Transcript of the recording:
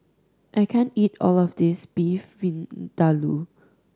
I can't eat all of this Beef Vindaloo